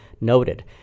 noted